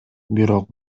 бирок